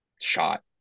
shot